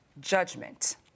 judgment